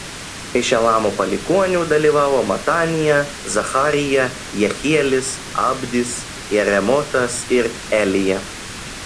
iš elamo palikuonių dalyvavo matanija zacharija jehielis abdis jeremotas ir elija